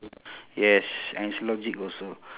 yes and it's logic also